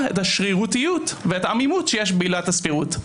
את השרירותיות ואת העמימות שיש בעילת הסבירות.